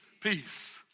peace